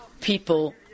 people